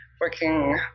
working